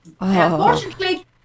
Unfortunately